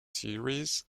series